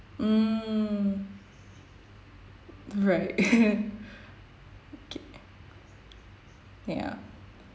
mm right okay ya